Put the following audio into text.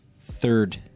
third